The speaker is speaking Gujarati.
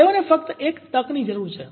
તેઓને ફક્ત એક તકની જરૂર છે